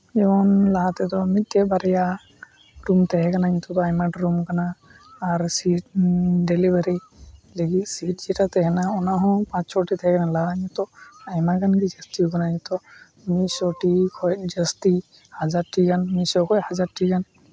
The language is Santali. ᱱᱚᱣᱟ ᱞᱟᱦᱟ ᱛᱮᱫᱚ ᱢᱤᱫᱴᱮᱡ ᱵᱟᱨᱭᱟ ᱨᱩᱢ ᱛᱮᱦᱮᱸ ᱠᱟᱱᱟ ᱱᱤᱛᱳᱜ ᱫᱚ ᱟᱭᱢᱟ ᱨᱩᱢ ᱠᱟᱱᱟ ᱟᱨ ᱥᱤᱴ ᱰᱮᱞᱤᱵᱷᱟᱨᱤ ᱞᱟᱹᱜᱤᱫ ᱥᱤᱴ ᱡᱮᱴᱟ ᱛᱮᱸᱦᱮᱱᱟ ᱚᱱᱟ ᱦᱚᱸ ᱯᱟᱸᱪ ᱪᱷᱚ ᱴᱤ ᱛᱮᱦᱮᱸᱱᱟ ᱞᱟᱦᱟ ᱱᱤᱛᱳᱜ ᱟᱭᱢᱟ ᱜᱟᱱ ᱜᱮ ᱡᱟᱹᱥᱛᱤᱣ ᱠᱟᱱᱟ ᱱᱤᱛᱳᱜ ᱢᱤᱫ ᱥᱚ ᱴᱤ ᱠᱷᱚᱡ ᱡᱟᱹᱥᱛᱤ ᱦᱟᱡᱟᱨ ᱴᱤ ᱜᱟᱱ ᱢᱤᱫ ᱥᱚ ᱠᱷᱚᱡ ᱦᱟᱡᱟᱨ ᱴᱤ ᱜᱟᱱ